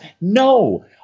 No